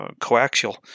coaxial